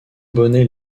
bonnet